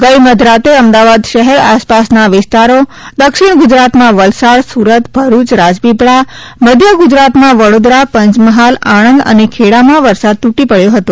ગઇ મધરાતે અમદાવાદ શહેર આસપાસના વિસ્તારો દક્ષિણ ગુજરાતમાં વલસાડ સુરત ભરૂચ રાજપીપળા મધ્યગુજરાતમાં વડોદરા પંચમહાલ આણંદ અને ખેડામાં વરસાદ તૂટી પડ્યો હતો